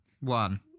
One